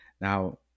now